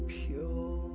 pure